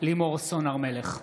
לימור סון הר מלך,